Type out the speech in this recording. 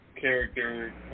character